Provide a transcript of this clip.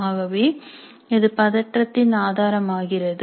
ஆகவே இது பதற்றத்தின் ஆதாரமாகிறது